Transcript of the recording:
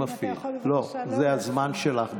לא, זה הזמן שלך.